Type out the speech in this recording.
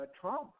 Trump